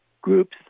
groups